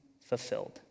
fulfilled